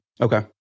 Okay